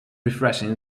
refreshing